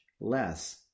less